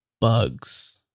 bugs